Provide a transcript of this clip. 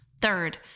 Third